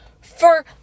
for-